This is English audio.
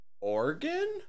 Oregon